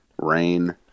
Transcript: rain